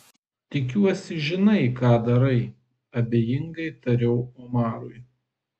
tikiuosi žinai ką darai abejingai tariau omarui